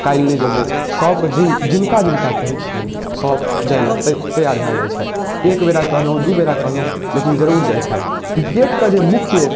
काल्हि नहि जेबौ सभके जिन जिनका जिनका कहै छिअनि सभ जाइलए तै तैआर भऽ जाइ छथि एकबेर कहलहुँ दुइ बेर कहलहुँ लेकिन जरूर जाइ छथि किरकेटके जे मुख्य